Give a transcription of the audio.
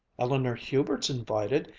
eleanor hubert's invited,